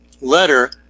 letter